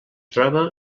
troba